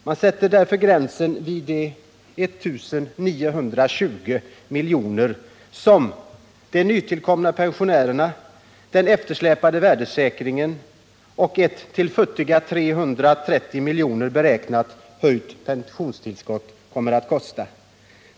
Man sätter därför gränsen vid de 1 920 milj.kr. som de nytillkomna pensionärerna, den eftersläpande värdesäkringen och ett till futtiga 330 milj.kr. beräknat höjt pensionstillskott kommer att kosta.